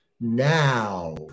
now